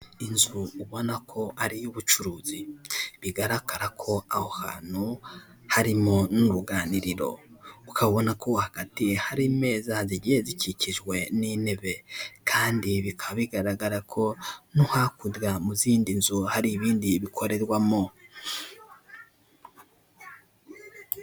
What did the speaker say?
Inzu ubona ko ari iy'ubucuruzi, bigaragara ko aho hantu harimo n'uruganiriro, ukabona ko hagati hari imeza zigiye zikikijwe n'intebe kandi bikaba bigaragara ko no hakurya mu zindi nzu hari ibindi bikorerwamo.